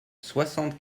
soixante